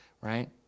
right